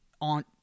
on